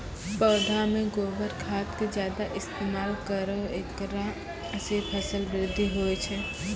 पौधा मे गोबर खाद के ज्यादा इस्तेमाल करौ ऐकरा से फसल बृद्धि होय छै?